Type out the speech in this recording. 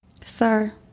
Sir